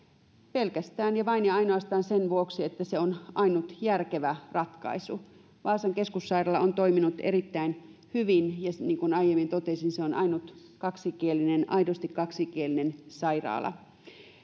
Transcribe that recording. pelkästään ja vain ja ainoastaan sen vuoksi että se on ainut järkevä ratkaisu vaasan keskussairaala on toiminut erittäin hyvin ja niin kuin aiemmin totesin se on ainut aidosti kaksikielinen sairaala